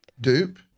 Dupe